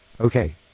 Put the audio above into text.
Okay